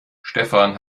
stefan